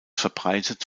verbreitet